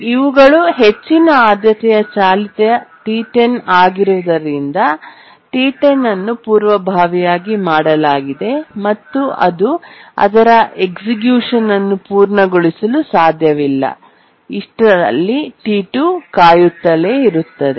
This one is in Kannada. ಇವುಗಳು ಹೆಚ್ಚಿನ ಆದ್ಯತೆಯ ಚಾಲಿತ T10 ಆಗಿರುವುದರಿಂದ T10 ಅನ್ನು ಪೂರ್ವಭಾವಿಯಾಗಿ ಮಾಡಲಾಗಿದೆ ಮತ್ತು ಅದು ಅದರ ಎಸ್ಎಕ್ಯುಷನನ್ನು ಪೂರ್ಣಗೊಳಿಸಲು ಸಾಧ್ಯವಿಲ್ಲ ಮತ್ತು ಅಷ್ಟರಲ್ಲಿ T2 ಕಾಯುತ್ತಲೇ ಇರುತ್ತದೆ